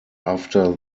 after